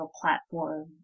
platform